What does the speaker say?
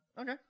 okay